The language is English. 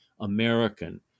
American